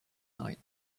night